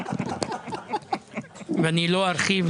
אני מבקשת מהיועצת המשפטית --- הדיון היה --- אני לא שאלתי אותך,